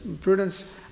Prudence